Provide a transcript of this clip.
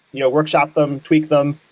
you know workshop them, tweak them.